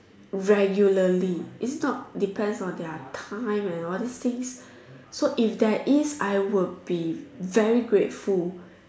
regularly if not depends on their time and all these things so if there is I will be very grateful